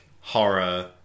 horror